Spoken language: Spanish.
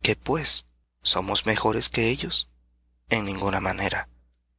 qué pues somos mejores que ellos en ninguna manera